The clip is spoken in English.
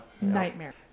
nightmare